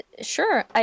Sure